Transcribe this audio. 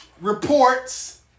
Reports